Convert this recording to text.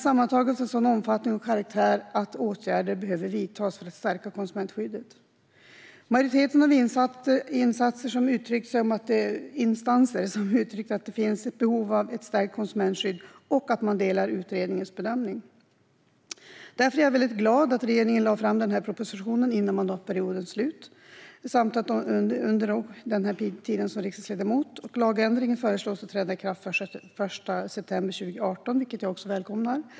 Sammantaget är de av en sådan omfattning och karaktär att åtgärder behöver vidtas för att stärka konsumentskyddet. Majoriteten av instanser uttrycker att det finns ett behov av ett stärkt konsumentskydd och att man delar utredningens bedömningar. Därför är jag väldigt glad över att regeringen lade fram den här propositionen innan mandatperioden och min tid som riksdagsledamot är slut. Lagändringen föreslås träda i kraft den 1 september 2018, vilket jag också välkomnar.